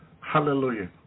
hallelujah